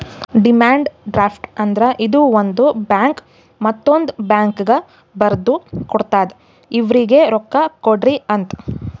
demand draft ಅಂದ್ರ ಇದು ಒಂದು ಬ್ಯಾಂಕ್ ಮತ್ತೊಂದ್ ಬ್ಯಾಂಕ್ಗ ಬರ್ದು ಕೊಡ್ತಾದ್ ಇವ್ರಿಗ್ ರೊಕ್ಕಾ ಕೊಡ್ರಿ ಅಂತ್